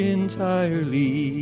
entirely